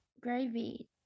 Gravy